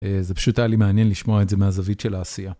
זה פשוט היה לי מעניין לשמוע את זה מהזווית של העשייה.